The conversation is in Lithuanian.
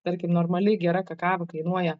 tarkim normali gera kakava kainuoja